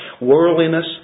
worldliness